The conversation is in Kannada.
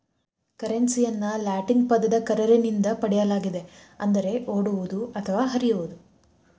ಕರೆನ್ಸಿಯನ್ನು ಲ್ಯಾಟಿನ್ ಪದ ಕರ್ರೆರೆ ನಿಂದ ಪಡೆಯಲಾಗಿದೆ ಅಂದರೆ ಓಡುವುದು ಅಥವಾ ಹರಿಯುವುದು